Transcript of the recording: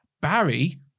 Barry